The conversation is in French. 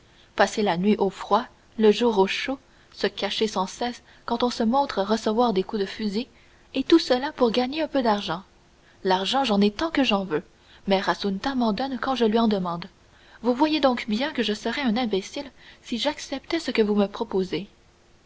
la nuit au froid le jour au chaud se cacher sans cesse quand on se montre recevoir des coups de fusil et tout cela pour gagner un peu d'argent l'argent j'en ai tant que j'en veux mère assunta m'en donne quand je lui en demande vous voyez donc bien que je serais un imbécile si j'acceptais ce que vous me proposez